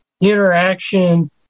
interaction